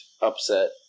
upset